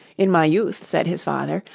in my youth said his father,